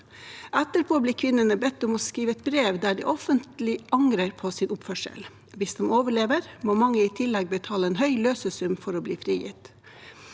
Etterpå blir kvinnene bedt om å skrive et brev der de offentlig angrer på sin oppførsel. Hvis de overlever, må mange i tillegg betale en høy løsesum for å bli frigitt.